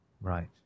Right